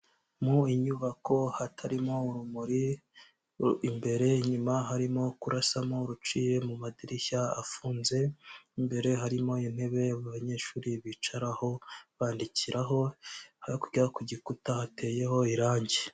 Mu nyubako hatarimo urumuri imbere, inyuma harimo kurasamo uruciye mu madirishya afunze, mu imbere harimo intebe abanyeshuri bicaraho bandikiraho, hakurya ku gikuta hateyeho irangi.